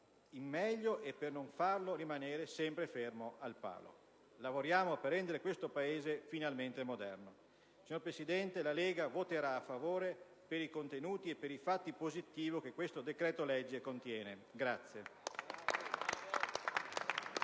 in meglio, e non per farlo rimanere sempre fermo al palo. Lavoriamo per rendere questo Paese finalmente moderno. Signor Presidente, la Lega voterà a favore, per i contenuti e per i fatti positivi che il decreto-legge in esame